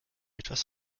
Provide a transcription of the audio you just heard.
etwas